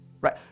right